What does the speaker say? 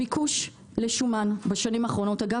הביקוש לשומן בשנים האחרונות עלה,